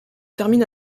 termine